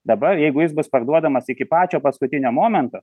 dabar jeigu jis bus parduodamas iki pačio paskutinio momento